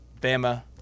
Bama